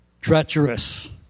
treacherous